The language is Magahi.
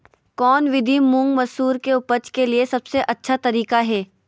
कौन विधि मुंग, मसूर के उपज के लिए सबसे अच्छा तरीका है?